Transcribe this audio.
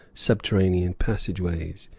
subterranean passageways,